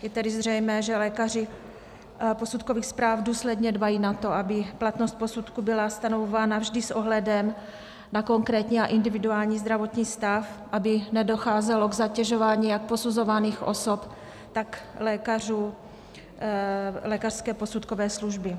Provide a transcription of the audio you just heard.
Je tedy zřejmé, že lékaři posudkových zpráv důsledně dbají na to, aby platnost posudku byla stanovována vždy s ohledem na konkrétní a individuální zdravotní stav, aby nedocházelo k zatěžování jak posuzovaných osob, tak lékařů lékařské posudkové služby.